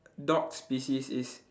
dog species is